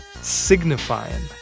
signifying